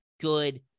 good